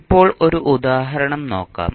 ഇപ്പോൾ ഒരു ഉദാഹരണം നോക്കാം